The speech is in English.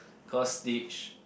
call Stitch